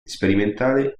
sperimentale